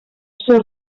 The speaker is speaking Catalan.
ser